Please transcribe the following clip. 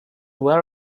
where